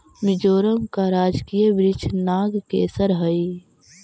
मिजोरम का राजकीय वृक्ष नागकेसर हई